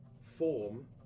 form